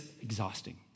exhausting